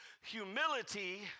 humility